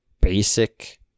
basic